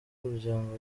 umuryango